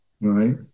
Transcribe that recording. right